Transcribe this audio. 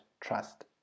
trust